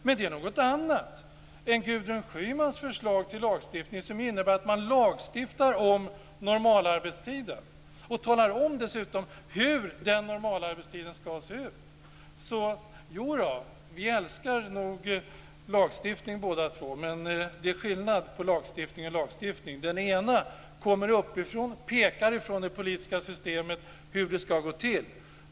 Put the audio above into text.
Men det är någonting annat än Gudrun Schymans förslag till lagstiftning som innebär att man lagstiftar om normalarbetstiden och talar dessutom om hur den normalarbetstiden ska se ut. Ja, vi älskar nog lagstiftning båda två, men det är skillnad på lagstiftning och lagstiftning. Den ena kommer uppifrån, pekar från ett politiskt system hur det ska gå till.